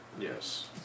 yes